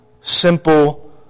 simple